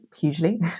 hugely